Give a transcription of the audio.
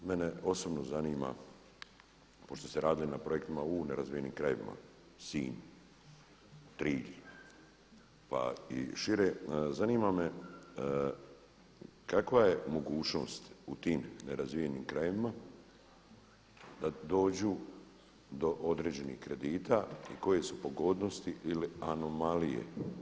Mene osobno zanima pošto ste radili na projektima u nerazvijenim krajevima, Sinj, Trilj, pa i šire, zanima me kakva je mogućnost u tim nerazvijenim krajevima da dođu do određenih kredita i koje su pogodnosti ili anomalije.